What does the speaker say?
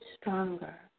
stronger